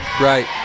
Right